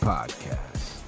Podcast